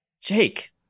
Jake